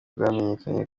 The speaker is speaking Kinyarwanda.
byamenyekanye